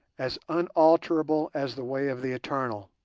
as unalterable as the way of the eternal.